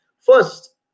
first